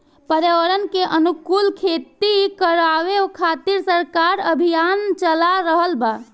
पर्यावरण के अनुकूल खेती करावे खातिर सरकार अभियान चाला रहल बा